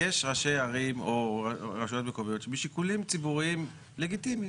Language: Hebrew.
יש ראשי ערים או רשויות מקומיות שמשיקולים ציבוריים לגיטימיים